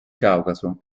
caucaso